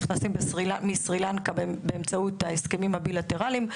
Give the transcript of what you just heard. נכנסים מסרילנקה באמצעות ההסכמים הבילטרליים.